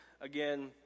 Again